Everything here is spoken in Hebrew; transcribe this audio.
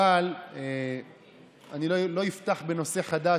אבל אני לא אפתח בנושא חדש.